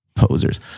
Posers